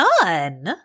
Done